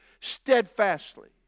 steadfastly